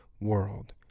world